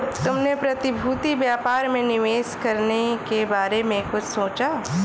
तुमने प्रतिभूति व्यापार में निवेश करने के बारे में कुछ सोचा?